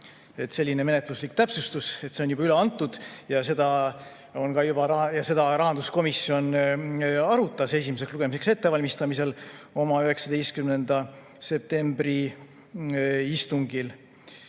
Selline menetluslik täpsustus: [eelnõu] on juba üle antud ja seda ka rahanduskomisjon arutas esimeseks lugemiseks ettevalmistamisel oma 19. septembri istungil.